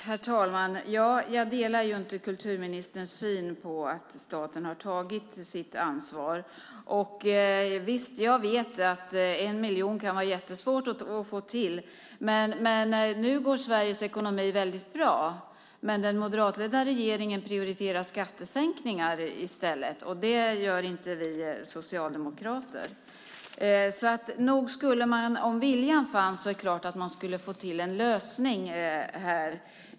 Herr talman! Jag delar förstås inte kulturministerns syn på att staten tagit sitt ansvar. Visst, jag vet att 1 miljon kan vara jättesvårt att få fram. Nu går Sveriges ekonomi väldigt bra, men den moderatledda regeringen prioriterar skattesänkningar. Det gör inte vi socialdemokrater. Om viljan fanns skulle man naturligtvis få till en lösning.